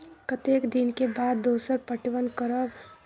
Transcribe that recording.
कतेक दिन के बाद दोसर पटवन करब?